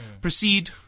Proceed